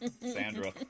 Sandra